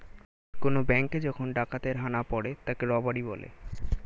কোন ব্যাঙ্কে যখন ডাকাতের হানা পড়ে তাকে রবারি বলে